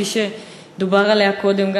שדובר עליה קודם,